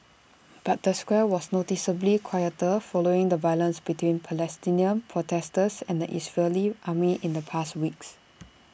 but the square was noticeably quieter following the violence between Palestinian protesters and the Israeli army in the past weeks